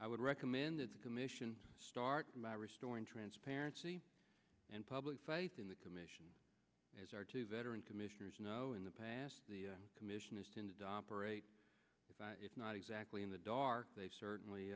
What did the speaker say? i would recommend that the commission start by restoring transparency and public faith in the commission as are two veteran commissioners know in the past the commission is tended operate if not exactly in the dark they've certainly